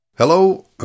Hello